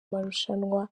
marushanwa